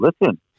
listen